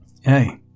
Hey